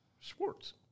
Sports